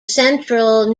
central